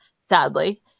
sadly